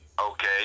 Okay